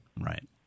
Right